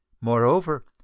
Moreover